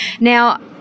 now